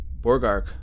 Borgark